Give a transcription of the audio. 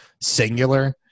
singular